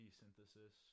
synthesis